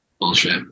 bullshit